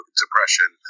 depression